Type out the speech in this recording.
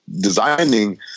designing